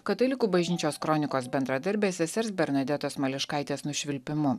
katalikų bažnyčios kronikos bendradarbės sesers bernadetos mališkaitės nušvilpimu